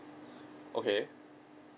okay